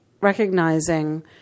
recognizing